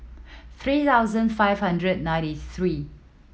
three thousand five hundred ninety three